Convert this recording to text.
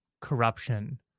corruption